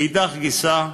מאידך גיסא,